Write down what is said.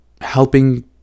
helping